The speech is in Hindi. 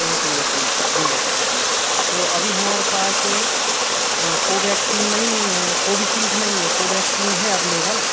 ट्वंटी एट एज जी अच्छा बिल्कुल तो अभी हमारे पास में कोवेक्सीन नहीं है कोविशील्ड नहीं है कोवेक्सीन है अवेलेबल